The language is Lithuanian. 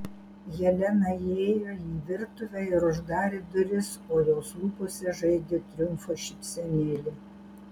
helena įėjo į virtuvę ir uždarė duris o jos lūpose žaidė triumfo šypsenėlė